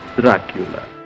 Dracula